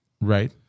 right